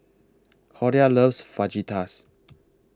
Cordia loves Fajitas